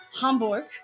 Hamburg